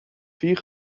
vier